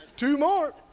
two more.